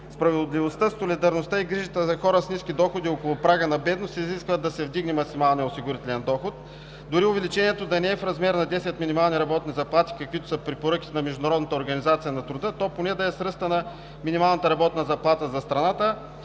Справедливостта, солидарността и грижата за хората с ниски доходи около прага на бедността изискват да се вдигне максималният осигурителен доход – дори увеличението да не е в размер на 10 минимални работни заплати, както са препоръките на Международната организация на труда, то поне да е с ръста на минималната работна заплата за страна,